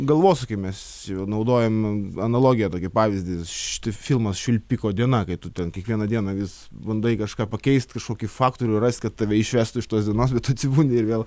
galvosūkį mes naudojame analogiją tokį pavyzdį filmas švilpiko diena kai tu ten kiekvieną dieną vis bandai kažką pakeist kažkokį faktorių rast kad tave išvestų iš tos dienos bet tu atsibundi ir vėl